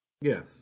Yes